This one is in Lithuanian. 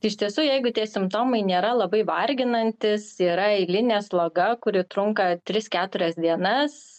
iš tiesų jeigu tie simptomai nėra labai varginantys yra eilinė sloga kuri trunka tris keturias dienas